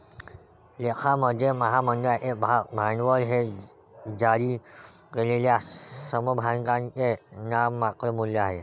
लेखामध्ये, महामंडळाचे भाग भांडवल हे जारी केलेल्या समभागांचे नाममात्र मूल्य आहे